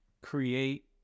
create